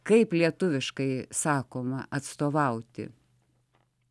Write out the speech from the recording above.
kaip lietuviškai sakoma atstovauti